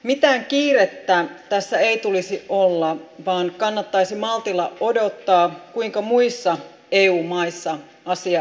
mitään kiirettä tässä ei tulisi olla vaan kannattaisi maltilla odottaa kuinka muissa eu maissa asia etenee